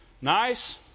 nice